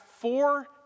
four